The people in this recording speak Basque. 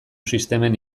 sistemen